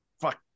Fuck